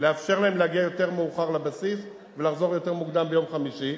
לאפשר להם להגיע יותר מאוחר לבסיס ולחזור יותר מוקדם ביום חמישי.